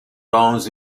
dans